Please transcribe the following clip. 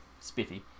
spiffy